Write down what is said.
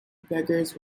beggars